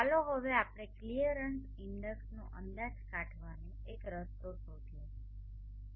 ચાલો હવે આપણે ક્લિયરન્સ ઇન્ડેક્સclearance indexસ્પષ્ટતા સૂચકાંકનો અંદાજ કાઢવાનો એક રસ્તો શોધીએ